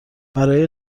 برای